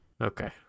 Okay